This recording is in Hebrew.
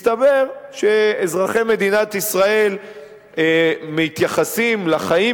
מסתבר שאזרחי מדינת ישראל מתייחסים לחיים